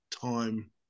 time